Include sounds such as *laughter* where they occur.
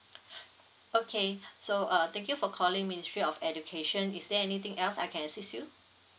*breath* okay *breath* so uh thank you for calling ministry of education is there anything else I can assist you